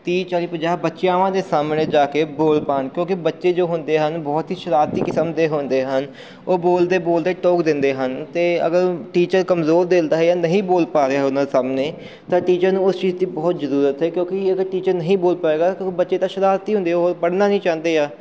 ਤੀਹ ਚਾਲ੍ਹੀ ਪੰਜਾਹ ਬੱਚਿਆਂਵਾਂ ਦੇ ਸਾਹਮਣੇ ਜਾ ਕੇ ਬੋਲ ਪਾਉਣ ਕਿਉਂਕਿ ਬੱਚੇ ਜੋ ਹੁੰਦੇ ਹਨ ਬਹੁਤ ਹੀ ਸ਼ਰਾਰਤੀ ਕਿਸਮ ਦੇ ਹੁੰਦੇ ਹਨ ਉਹ ਬੋਲਦੇ ਬੋਲਦੇ ਟੋਕ ਦਿੰਦੇ ਹਨ ਅਤੇ ਅਗਰ ਟੀਚਰ ਕਮਜ਼ੋਰ ਦਿਲ ਦਾ ਹੈ ਜਾਂ ਨਹੀਂ ਬੋਲ ਪਾ ਰਿਹਾ ਉਹਨਾਂ ਸਾਹਮਣੇ ਤਾਂ ਟੀਚਰ ਨੂੰ ਉਸ ਚੀਜ਼ ਦੀ ਬਹੁਤ ਜ਼ਰੂਰਤ ਹੈ ਕਿਉਂਕਿ ਅਗਰ ਟੀਚਰ ਨਹੀਂ ਬੋਲ ਪਾਏਗਾ ਕਿਉਂਕਿ ਬੱਚੇ ਤਾਂ ਸ਼ਰਾਰਤੀ ਹੁੰਦੇ ਉਹ ਪੜ੍ਹਨਾ ਨਹੀਂ ਚਾਹੁੰਦੇ ਆ